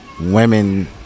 women